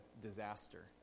disaster